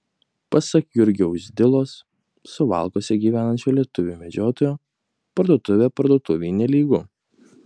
pasak jurgio uzdilos suvalkuose gyvenančio lietuvio medžiotojo parduotuvė parduotuvei nelygu